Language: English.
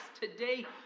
today